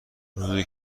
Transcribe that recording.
روزی